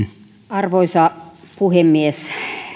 arvoisa puhemies